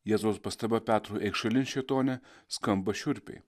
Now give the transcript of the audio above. jėzaus pastaba petrui eik šalin šėtone skamba šiurpiai